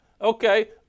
okay